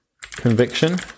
conviction